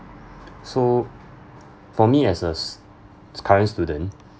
so for me as a s~ current student